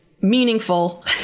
meaningful